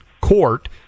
court